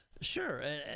Sure